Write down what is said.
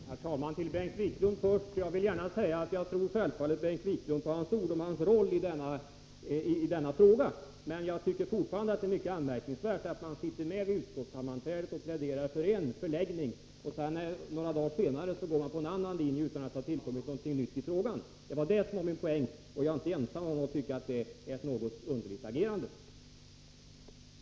Herr talman! Till Bengt Wiklund vill jag först säga att jag självfallet tror Bengt Wiklund på hans ord om hans roll i denna fråga. Men jag tycker fortfarande att det är mycket anmärkningsvärt att man sitter med vid utskottssammanträdet och pläderar för en förläggning och att man några dagar senare går på en annan linje, utan att det har tillkommit någonting nytt ifrågan. Det var det som var min poäng, och jag är inte ensam om att tycka att det är ett något underligt agerande.